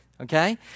okay